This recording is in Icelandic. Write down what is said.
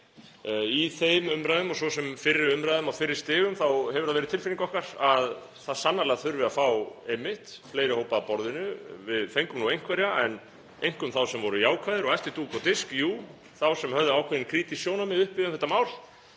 í þeim umræðum, og svo sem í fyrri umræðum á fyrri stigum, þá hefur það verið tilfinning okkar að það þurfi sannarlega að fá fleiri hópa að borðinu. Við fengum nú einhverja en einkum þá sem voru jákvæðir og eftir dúk og disk, jú, þá sem höfðu ákveðin krítísk sjónarmið uppi um þetta mál.